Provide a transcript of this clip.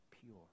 pure